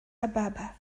ababa